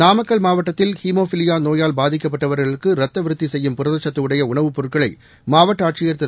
நாமக்கல் மாவட்டத்தில் ஹீமோஃபிலிபா நோயால் பாதிக்கப்பட்டவர்களுக்கு இரத்த விருக்தி செய்யும் புரதச்சத்து உடைய உணவுப் பொருட்களை மாவட்ட ஆட்சியர் திரு